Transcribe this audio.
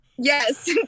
Yes